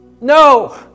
No